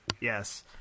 Yes